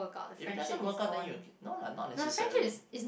if it doesn't work out then you can no lah not necessarily